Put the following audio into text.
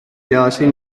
irabazi